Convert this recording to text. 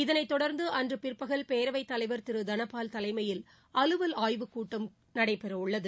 இதனைத்தொடர்ந்து அன்று பிற்பகல் பேரவைத் தலைவர் திரு தனபால் தலைமையில் அலுவல் ஆய்வுக்குழு கூட்டம் நடைபெறவுள்ளது